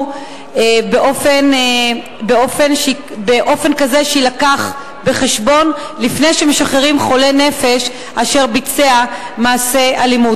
באופן כזה שיובא בחשבון לפני שמשחררים חולה נפש אשר ביצע מעשה אלימות,